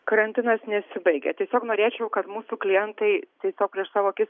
karantinas nesibaigė tiesiog norėčiau kad mūsų klientai tiesiog prieš savo akis